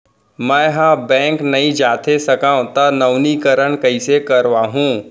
मैं ह बैंक नई जाथे सकंव त नवीनीकरण कइसे करवाहू?